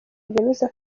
byemeza